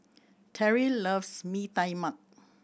Terrill loves Mee Tai Mak